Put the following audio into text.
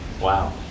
Wow